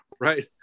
right